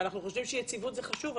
שאנחנו חושבים שיציבות זה חשוב.